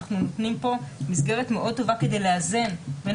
אנחנו נותנים פה מסגרת מאוד טובה כדי לאזן בין